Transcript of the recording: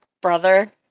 brother